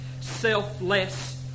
selfless